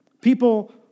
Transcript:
People